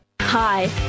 Hi